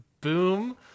boom